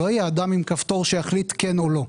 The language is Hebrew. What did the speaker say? לא יהיה אדם עם כפתור שיחליט כן או לא.